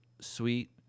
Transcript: sweet